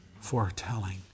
foretelling